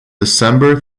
december